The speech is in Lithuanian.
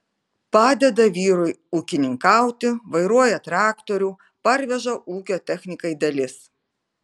padeda vyrui ūkininkauti vairuoja traktorių parveža ūkio technikai dalis